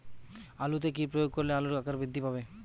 আলুতে কি প্রয়োগ করলে আলুর আকার বৃদ্ধি পাবে?